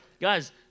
Guys